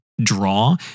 draw